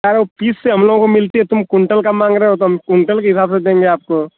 यार वह पीस से हम लोगों को मिलती है तुम कुंटल का माँग रहे हो तो हम कुंटल के हिसाब से देंगे आपको